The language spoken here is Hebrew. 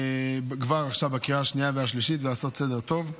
כבר עכשיו בקריאה השנייה והשלישית, לעשות סדר טוב.